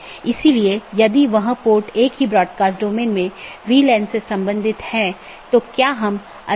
इसलिए पथ को गुणों के प्रकार और चीजों के प्रकार या किस डोमेन के माध्यम से रोका जा रहा है के रूप में परिभाषित किया गया है